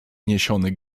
niesiony